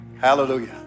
Hallelujah